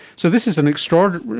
so this is an extraordinary,